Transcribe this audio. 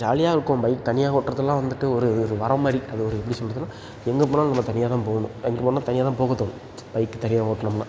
ஜாலியாக இருக்கும் பைக் தனியாக ஓட்டுறதெல்லாம் வந்துட்டு ஒரு ஒரு வரம் மாதிரி அது ஒரு எப்படி சொல்றதுனால் எங்கேப் போனாலும் நம்ம தனியாக தான் போகணும் எங்கேப் போனாலும் தனியாக தான் போகத் தோணும் பைக் தனியாக ஓட்டினம்னா